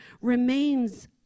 remains